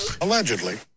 Allegedly